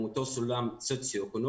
באותו סולם סוציו-אקונומי.